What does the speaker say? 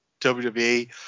WWE